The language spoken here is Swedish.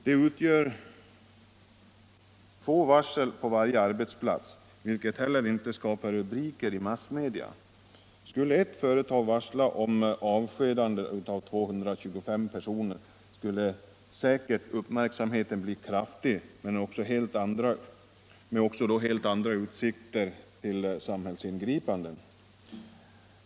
Det betyder få varsel på varje arbetsplats, vilket inte skapar rubriker i massmedia. Skulle ett företag varsla om avskedande av 225 personer bleve säkert uppmärksamheten kraftig — med helt andra utsikter till samhällsingripanden.